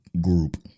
group